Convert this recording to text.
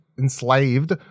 Enslaved